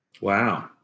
Wow